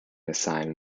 assign